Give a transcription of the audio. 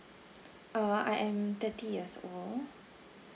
uh I am thirty years old